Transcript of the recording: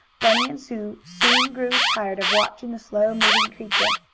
bunny and sue soon grew tired of watching the slow-moving creature.